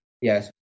Yes